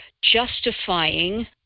justifying